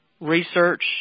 research